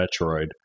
Metroid